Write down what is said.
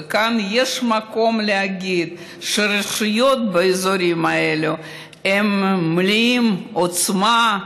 וכאן יש מקום להגיד שהרשויות באזורים האלה מלאות עוצמה,